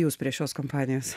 jūs prie šios kompanijos